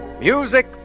Music